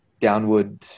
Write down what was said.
downward